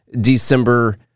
December